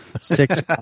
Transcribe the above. six